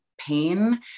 pain